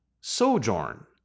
Sojourn